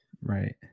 Right